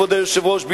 כבוד היושב-ראש,